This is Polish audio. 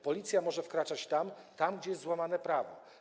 Policja może wkraczać tam, gdzie jest łamane prawo.